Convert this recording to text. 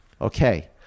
Okay